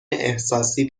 احساسی